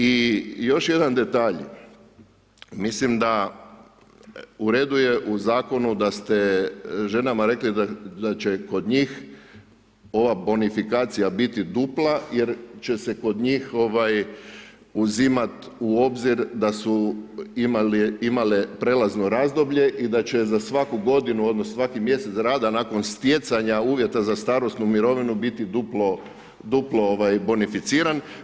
I još jedan detalj, mislim da, u redu je u Zakonu da ste ženama rekli da će kod njih ova bonifikacija biti dupla jer će se kod njih uzimati u obzir da su imale prelazno razdoblje i da će za svaku godinu odnosno za svaki mjesec rada nakon stjecanja uvjeta za starosnu mirovinu, biti duplo bonificiran.